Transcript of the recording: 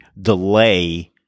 delay